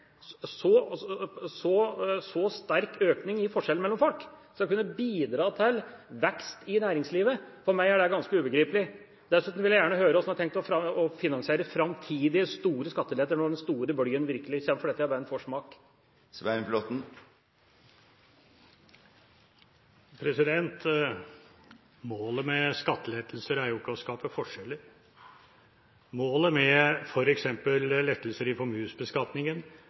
så sterk økning i forskjeller mellom folk skal kunne bidra til vekst i næringslivet? For meg er det ganske ubegripelig. Dessuten vil jeg gjerne høre hvordan en har tenkt å finansiere framtidige store skatteletter når den store bølgen kommer – for dette er bare en forsmak. Målet med skattelettelser er ikke å skape forskjeller. Målet med f.eks. lettelser i